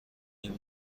این